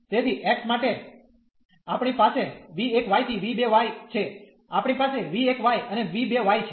તેથી x માટે આપણી પાસે v1 થી v2 છે આપણી પાસે v1 અને v2 છે